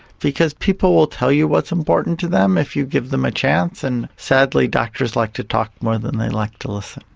because people will tell you what's important to them if you give them a chance, and sadly doctors like to talk more than they like to listen.